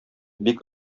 бик